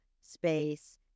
space